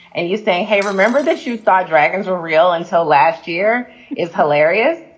and you say, hey, remember this, you thought dragons were real until last year is hilarious.